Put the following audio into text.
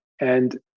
And-